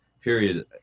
period